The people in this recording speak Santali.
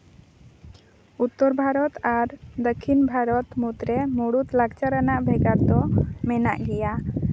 ᱩᱛᱛᱚᱨ ᱵᱷᱟᱨᱚᱛ ᱟᱨ ᱫᱚᱠᱠᱷᱤᱱ ᱵᱷᱟᱨᱚᱛ ᱢᱩᱫᱽᱨᱮ ᱢᱩᱬᱩᱫ ᱞᱟᱠᱪᱟᱨ ᱟᱱᱟᱜ ᱵᱷᱮᱜᱟᱨ ᱫᱚ ᱢᱮᱱᱟᱜ ᱜᱮᱭᱟ